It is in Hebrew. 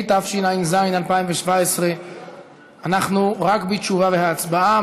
התשע"ז 2017. אנחנו רק בתשובה והצבעה,